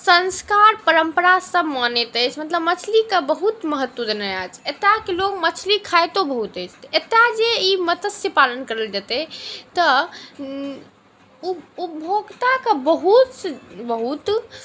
संस्कार परम्परा सब मानैत अछि मतलब मछलीके बहुत महत्व देने अछि एतऽके लोक मछली खाइतो बहुत अछि तऽ एतऽ जे ई मत्स्य पालन करल जेतै तऽ उप उपभोक्ताके बहुतसँ बहुत